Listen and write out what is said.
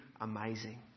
amazing